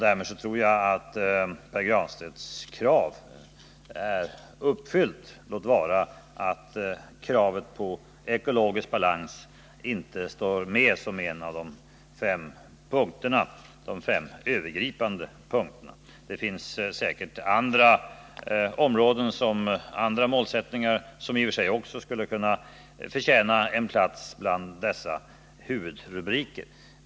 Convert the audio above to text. Därför tror jag att Pär Granstedts krav är uppfyllt, trots att kravet på ekologisk balans inte står med som ett övergripande mål. Det finns säkert andra målsättningar som i och för sig också skulle kunna förtjäna en plats bland dessa huvudrubriker.